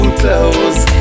clothes